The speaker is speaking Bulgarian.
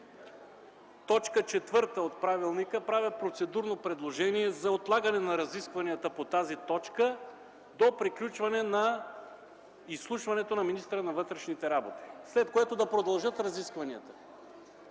2, т. 4 от правилника, правя процедурно предложение за отлагане на разискванията по тази точка до приключване на изслушването на министъра на вътрешните работи, след което да продължат разискванията.